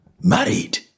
Married